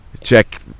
check